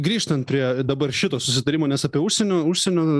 grįžtant prie dabar šito susitarimo nes apie užsienio užsienio